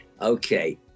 Okay